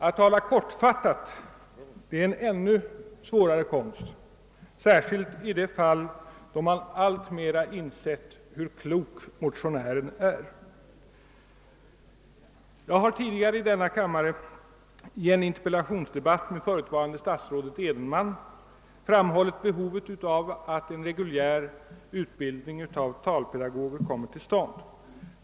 Att tala kortfattat är en ännu svårare konst, särskilt i de fall då man alltmera insett hur klok motionären är. Jag har tidigare i denna kammare i en interpellationsdebatt med förutvarande statsrådet Edenman framhållit behovet av att en reguljär utbildning av talpedagoger kommer till stånd.